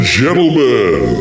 gentlemen